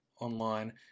online